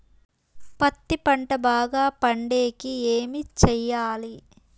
పత్తి పంట బాగా పండే కి ఏమి చెయ్యాలి?